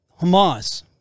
Hamas